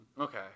Okay